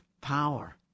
Power